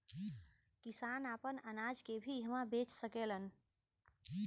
किसान आपन अनाज के भी इहवां बेच सकेलन